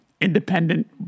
independent